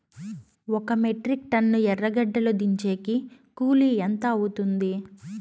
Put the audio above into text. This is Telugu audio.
ఒక మెట్రిక్ టన్ను ఎర్రగడ్డలు దించేకి కూలి ఎంత అవుతుంది?